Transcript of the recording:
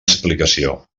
explicació